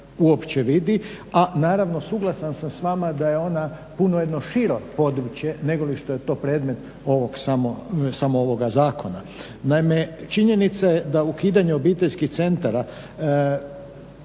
uopće vidi a naravno suglasan sam s vama da je ona puno jedno šire područje nego li što je to predmet samo ovoga zakona. Naime, činjenica je da ukidanje obiteljskih centara